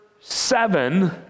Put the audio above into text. seven